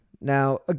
Now